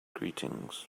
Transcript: greetings